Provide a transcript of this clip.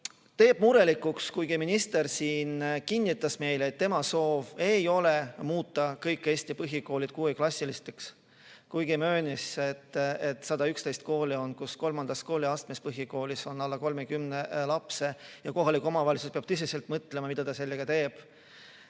teeb murelikuks, kuigi minister siin kinnitas meile, et tema soov ei ole muuta kõik Eesti põhikoolid kuueklassiliseks. Ta möönis, et on 111 kooli, kus kolmandas kooliastmes on põhikoolis alla 30 lapse, ja kohalik omavalitsus peab tõsiselt mõtlema, mida ta sellega teeb.